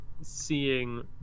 seeing